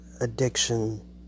addiction